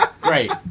great